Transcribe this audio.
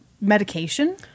medication